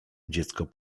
dziecko